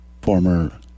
Former